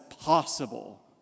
possible